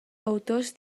autors